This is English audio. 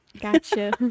Gotcha